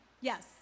Yes